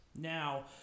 Now